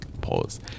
pause